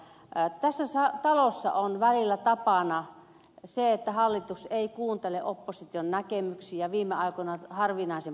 tässä talossa on välillä tapana että hallitus ei kuuntele opposition näkemyksiä viime aikoina harvinaisen paljon